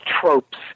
tropes